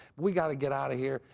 we've got to get out of here.